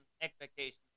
expectations